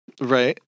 Right